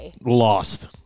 lost